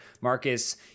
Marcus